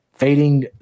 Fading